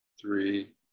three